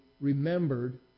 remembered